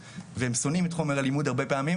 100 דורות לשנה הבאה בירושלים.